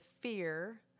fear